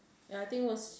ya I think was